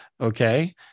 okay